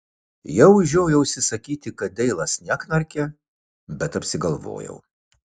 jau žiojausi sakyti kad deilas neknarkia bet apsigalvojau